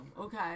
okay